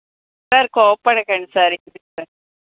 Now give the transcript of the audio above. sir కోప్పడకండి sir